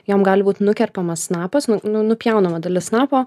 jom gali būti nukerpamas snapas nu nupjaunama dalis snapo